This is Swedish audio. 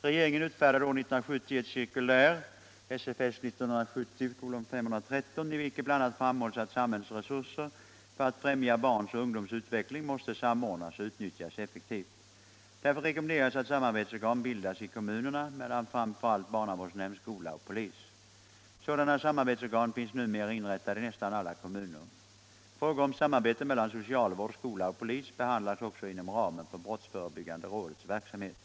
Regeringen utfärdade år 1970 ett cirkulär i vilket bl.a. framhålls att samhällets resurser för att främja barns och ungdoms utveckling måste samordnas och utnyttjas effektivt. Därför rekommenderas att samarbetsorgan bildas i kommunerna mellan framför allt barnavårdsnämnd, skola och polis. Sådana samarbetsorgan finns numera inrättade i nästan alla kommuner. Frågor om samarbete mellan socialvård, skola och polis behandlas också inom ramen för brottsförebyggande rådets verksamhet.